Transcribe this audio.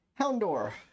Houndor